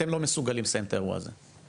אתם לא מסוגלים לסיים את האירוע הזה.